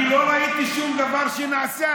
אני לא ראיתי שום דבר שנעשה,